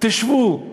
תשבו,